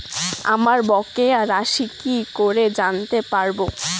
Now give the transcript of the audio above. আমার বকেয়া রাশি কি করে জানতে পারবো?